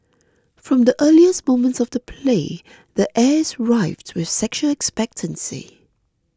from the earliest moments of the play the air is rife with sexual expectancy